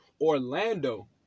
Orlando